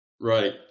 Right